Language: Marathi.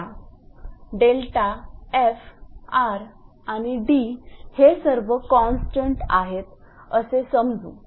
आता 𝛿 𝑓 𝑟 आणि 𝐷 हे सर्व कॉन्स्टंट आहेत असे समजू